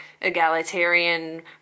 egalitarian